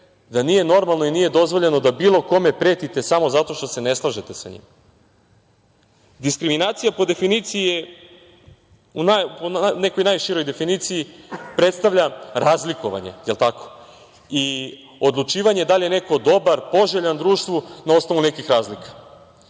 da nije normalno i nije dozvoljeno da bilo kome pretite samo zato što se ne slažete sa njim. Diskriminacija po definiciji, u nekoj najširoj definiciji, predstavlja razlikovanje i odlučivanje da li je neko dobar, poželjan društvu na osnovu nekih razlika.